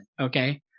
okay